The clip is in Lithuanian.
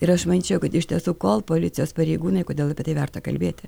ir aš manyčiau kad iš tiesų kol policijos pareigūnai kodėl apie tai verta kalbėti